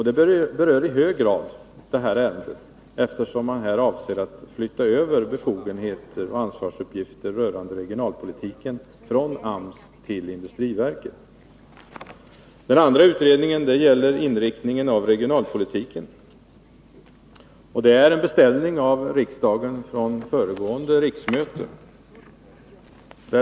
Det berör i hög grad det här ärendet, eftersom man avser att flytta över befogenheter och ansvarsuppgifter rörande regionalpolitiken från AMS till industriverket. Den andra utredningen gäller inriktningen av regionalpolitiken. Det är en beställning av riksdagen från föregående riksmöte.